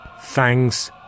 Thanks